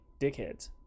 dickheads